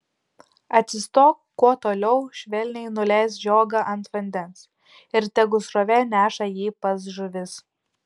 atsistok kuo toliau švelniai nuleisk žiogą ant vandens ir tegu srovė neša jį pas žuvis